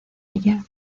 ella